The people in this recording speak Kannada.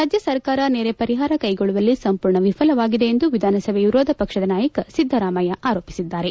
ರಾಜ್ಯ ಸರ್ಕಾರ ನೆರೆ ಪರಿಹಾರ ಕೈಗೊಳ್ಳುವಲ್ಲಿ ಸಂಪೂರ್ಣ ವಿಫಲವಾಗಿದೆ ಎಂದು ವಿಧಾನಸಭೆ ವಿರೋಧ ಪಕ್ಷದ ನಾಯಕ ಸಿದ್ದರಾಮಯ್ಯ ಆರೋಪಿಸಿದ್ದಾರೆ